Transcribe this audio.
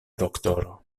doktoro